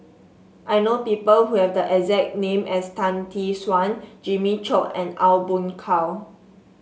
I know people who have the exact name as Tan Tee Suan Jimmy Chok and Aw Boon Haw